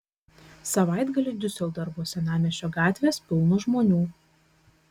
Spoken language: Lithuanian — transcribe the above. savaitgalį diuseldorfo senamiesčio gatvės pilnos žmonių